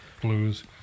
Blues